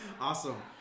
Awesome